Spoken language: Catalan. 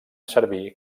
servir